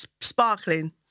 Sparkling